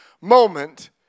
moment